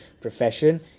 profession